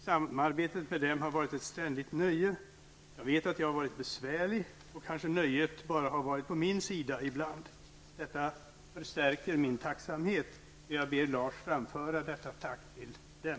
Samarbetet med dem har varit ett ständigt nöje. Jag vet att jag har varit besvärlig och kanske nöjet ibland bara har varit på min sida. Detta förstärker min tacksamhet. Jag ber Lars framföra detta tack till dem.